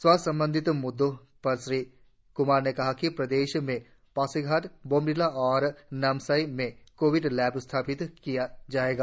स्वास्थ्य संबंधी म्द्दों पर श्री क्मार ने कहा कि प्रदेश में पासीघाट बोमडिला और नामसाई में कोविड लैब स्थापित किया जाएगा